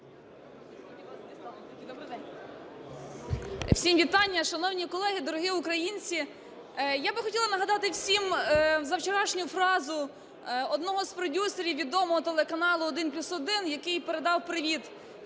Всім вітання! Шановні колеги, дорогі українці! Я би хотіла нагадати всім за вчорашню фразу одного з продюсерів відомого телеканалу "1+1", який передав привіт